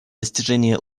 достижения